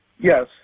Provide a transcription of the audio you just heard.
Yes